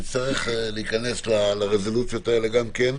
נצטרך להיכנס לרזולוציות הללו גם כן.